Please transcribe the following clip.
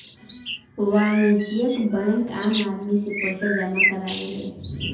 वाणिज्यिक बैंक आम आदमी से पईसा जामा करावेले